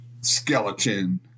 Skeleton